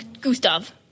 Gustav